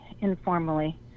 informally